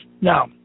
Now